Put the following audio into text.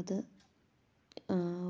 അത്